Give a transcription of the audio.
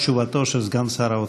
תשובתו של סגן שר האוצר.